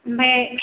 ओमफ्राय